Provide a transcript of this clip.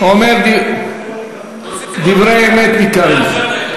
דברי אמת ניכרים.